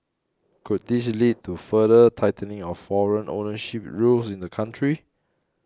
could this lead to further tightening of foreign ownership rules in the country